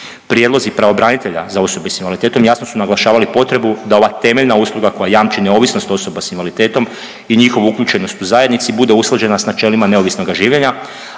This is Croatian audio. Prijedlozi pravobranitelja za osobe s invaliditetom jasno su naglašavali potrebu da ova temeljna usluga koja jamči neovisnost osoba s invaliditetom i njihovu uključenost u zajednici bude usklađena s načelima neovisnog življenja,